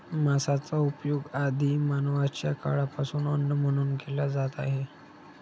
मांसाचा उपयोग आदि मानवाच्या काळापासून अन्न म्हणून केला जात आहे